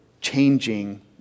changing